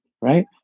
right